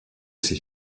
ses